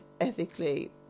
ethically